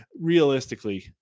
realistically